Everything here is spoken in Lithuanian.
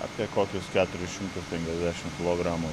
apie kokius keturis šimtus penkiasdešimt kilogramų